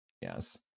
Yes